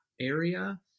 area